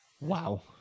wow